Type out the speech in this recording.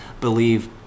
believe